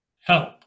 help